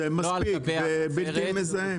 זה מספיק, זה בלתי מזהם.